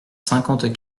cinquante